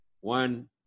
one